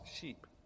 sheep